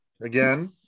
again